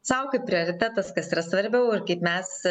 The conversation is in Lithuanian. sau kaip prioritetas kas yra svarbiau ar kaip mes